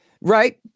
Right